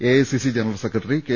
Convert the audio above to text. A I C C general secretary K